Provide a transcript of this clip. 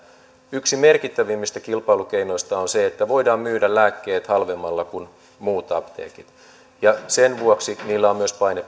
yksi merkittävimmistä kilpailukeinoista on se että voidaan myydä lääkkeet halvemmalla kuin muut apteekit ja sen vuoksi niillä on myös paine